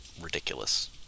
ridiculous